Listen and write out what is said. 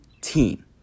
team